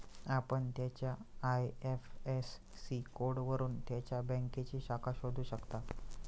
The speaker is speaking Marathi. आपण त्याच्या आय.एफ.एस.सी कोडवरून त्याच्या बँकेची शाखा शोधू शकता